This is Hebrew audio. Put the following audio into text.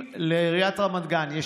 אם לעיריית רמת גן יש